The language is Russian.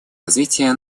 развития